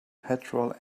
petrol